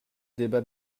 débat